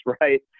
right